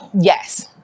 yes